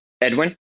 Edwin